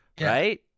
right